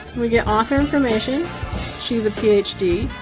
we get author information she's a ph d,